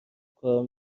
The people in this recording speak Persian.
کار